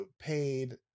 paid